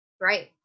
right